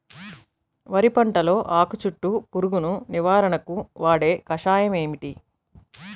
వరి పంటలో ఆకు చుట్టూ పురుగును నివారణకు వాడే కషాయం ఏమిటి?